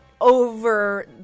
over